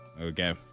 Okay